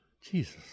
Jesus